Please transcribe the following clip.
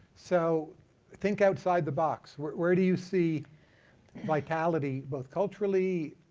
so think outside the box. where where do you see vitality, both culturally,